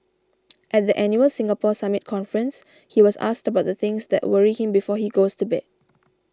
at the annual Singapore Summit conference he was asked about the things that worry him before he goes to bed